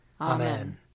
Amen